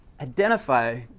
identify